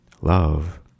love